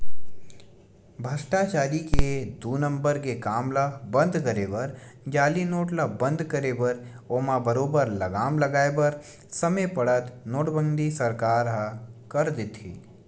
भस्टाचारी के दू नंबर के काम ल बंद करे बर जाली नोट ल बंद करे बर ओमा बरोबर लगाम लगाय बर समे पड़त नोटबंदी सरकार ह कर देथे